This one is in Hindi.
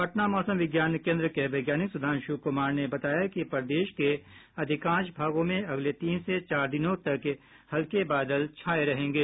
पटना मौसम विज्ञान केन्द्र के वैज्ञानिक सुधांशु कुमार ने बताया है कि प्रदेश के आधिकांश भागों में अगले तीन से चार दिनों तक हल्के बादल छाये रहेंगे